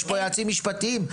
יש פה יועצים משפטיים,